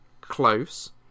close